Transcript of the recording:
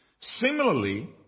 Similarly